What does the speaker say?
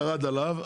ירד עליו,